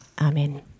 Amen